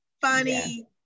funny